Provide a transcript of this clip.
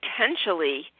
potentially